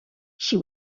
she